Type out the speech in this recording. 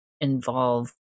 involve